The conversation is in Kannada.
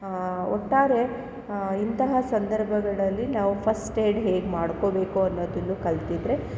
ಒಟ್ಟಾರೆ ಇಂತಹ ಸಂದರ್ಭಗಳಲ್ಲಿ ನಾವು ಫಸ್ಟ್ ಏಡ್ ಹೇಗೆ ಮಾಡ್ಕೊಳ್ಬೇಕು ಅನ್ನೋದನ್ನು ಕಲಿತಿದ್ರೆ